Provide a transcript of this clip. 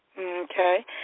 Okay